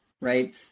right